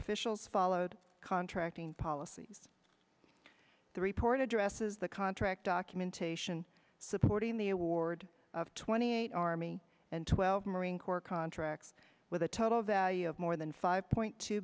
officials followed contracting policies the report addresses the contract documentation supporting the award of twenty eight army and twelve marine corps contracts with a total of that of more than five point two